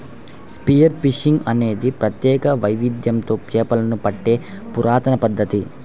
spear fishing అనేది ప్రత్యేక వైవిధ్యంతో చేపలు పట్టే పురాతన పద్ధతి